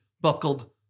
buckled